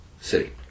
City